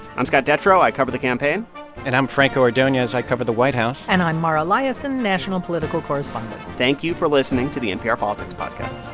i'm scott detrow. i cover the campaign and i'm franco ordonez. i cover the white house and i'm mara liasson, national political correspondent thank you for listening to the npr politics podcast